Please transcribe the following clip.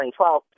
2012